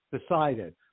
decided